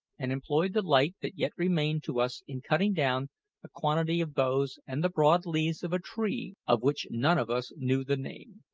and employed the light that yet remained to us in cutting down a quantity of boughs and the broad leaves of a tree of which none of us knew the name.